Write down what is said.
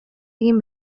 egin